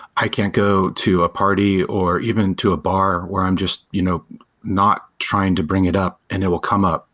i can go to a party or even to a bar where i'm just you know not trying to bring it up and it will come up.